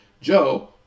Joe